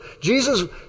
Jesus